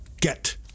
Get